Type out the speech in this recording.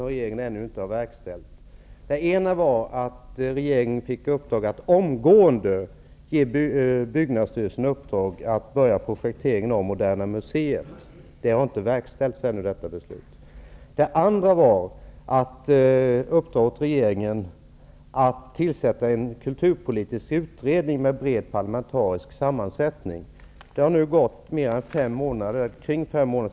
Riksdagen beslutade i våras att uppdra åt regeringen att tillsätta en kulturpolitisk utredning med bred parlamentarisk sammansättning. Denna utredning har regeringen ännu inte tillsatt.